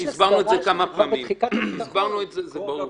הסברנו את זה כמה פעמים, זה ברור.